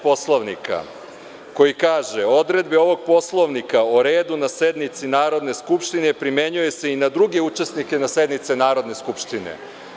Poslovnika koji kaže – odredbe ovog Poslovnika o redu na sednici Narodne skupštine primenjuju se i na druge učesnike na sednici Narodne skupštine.